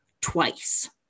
twice